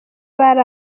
bari